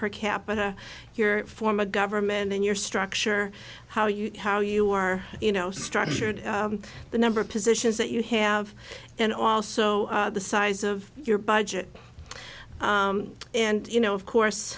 per capita your form of government in your structure how you how you are you know structured the number of positions that you have and also the size of your budget and you know of course